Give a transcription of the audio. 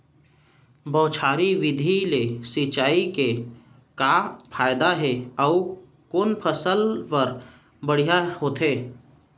बौछारी विधि ले सिंचाई के का फायदा हे अऊ कोन फसल बर बढ़िया होथे?